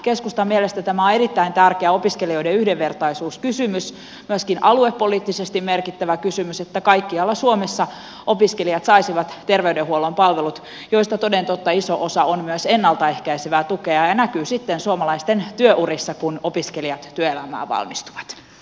keskustan mielestä tämä on erittäin tärkeä opiskelijoiden yhdenvertaisuuskysymys myöskin aluepoliittisesti merkittävä kysymys että kaikkialla suomessa opiskelijat saisivat terveydenhuollon palvelut joista toden totta iso osa on myös ennalta ehkäisevää tukea ja näkyy sitten suomalaisten työurissa kun opiskelijat työelämään valmistuvat